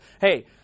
Hey